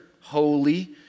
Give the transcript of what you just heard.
holy